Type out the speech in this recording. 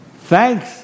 Thanks